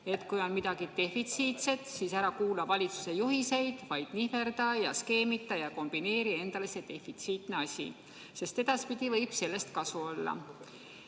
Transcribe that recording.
et kui on midagi defitsiitset, siis ära kuula valitsuse juhiseid, vaid nihverda, skeemita ja kombineeri endale see defitsiitne asi, sest edaspidi võib sellest kasu olla.